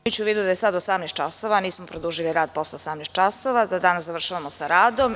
Imajući u vidu da je sada 18.00 časova, a nismo produžili rad posle 18.00 časova, za danas završavamo sa radom.